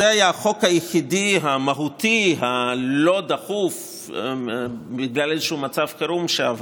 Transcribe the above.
זה היה החוק היחידי המהותי הלא-דחוף בגלל איזשהו מצב חירום שעבר.